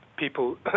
people